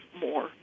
more